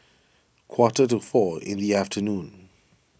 quarter to four in the afternoon